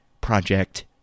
Project